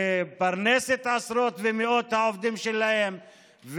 לפרנס את עשרות ומאות העובדים שלהן,